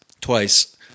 Twice